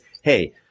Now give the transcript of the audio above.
hey